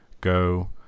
Go